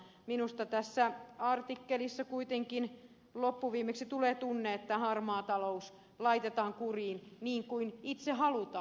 minusta tässä artikkelissa kuitenkin loppuviimeksi tulee tunne että harmaa talous laitetaan kuriin niin kuin itse halutaan